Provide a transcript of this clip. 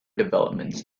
developments